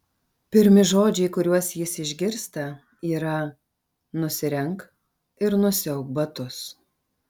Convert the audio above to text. pirmi žodžiai kuriuos jis išgirsta yra nusirenk ir nusiauk batus